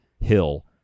hill